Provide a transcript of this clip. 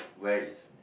where is